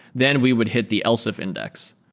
then we would hit the else if index.